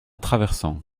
traversant